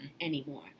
anymore